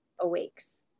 awakes